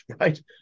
right